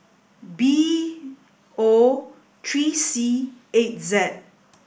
B O three C eight Z